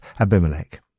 Abimelech